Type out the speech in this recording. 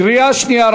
קריאה שנייה.